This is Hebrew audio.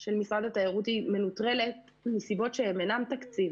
של משרד התיירות מנוטרלת מסיבות שאינן תקציב,